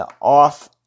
off